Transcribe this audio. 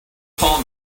call